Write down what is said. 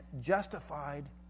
justified